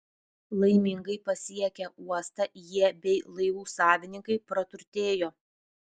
laimingai pasiekę uostą jie bei laivų savininkai praturtėjo